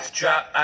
drop